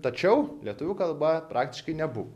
tačiau lietuvių kalba praktiškai nebuvo